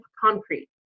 concrete